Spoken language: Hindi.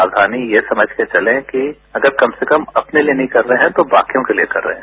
सावधानी ये समझ के चलें कि अगर कम से कम अपने लिए नहीं कर रहे हैं तो बाकियों के लिए कर रहे हैं